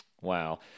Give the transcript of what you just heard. Wow